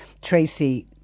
Tracy